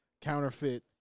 counterfeit